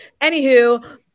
Anywho